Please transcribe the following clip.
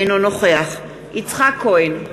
אינו נוכח יצחק כהן,